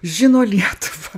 žino lietuvą